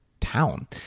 town